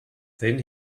then